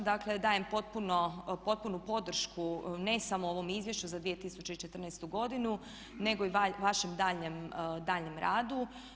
Dakle, dajem potpunu podršku ne samo ovom Izvješću za 2014. godinu nego i vašem daljnjem radu.